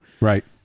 Right